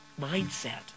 mindset